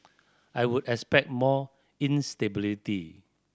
I would expect more instability